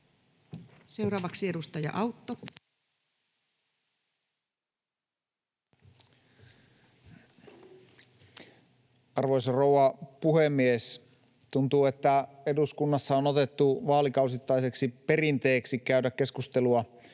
Time: 16:30 Content: Arvoisa rouva puhemies! Tuntuu, että eduskunnassa on otettu vaalikausittaiseksi perinteeksi käydä keskustelua